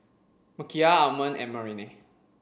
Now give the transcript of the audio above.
Michial Almond and Marianne